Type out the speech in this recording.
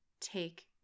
take